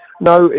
No